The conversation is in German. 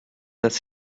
das